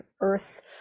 earth